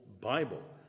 Bible